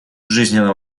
жизненно